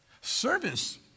Service